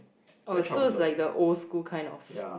oh so it's like the old school kind of